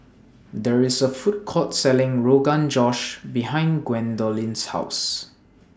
There IS A Food Court Selling Rogan Josh behind Gwendolyn's House